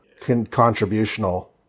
contributional